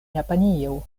japanio